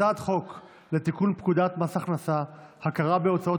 הצעת חוק לתיקון פקודת מס הכנסה (הכרה בהוצאות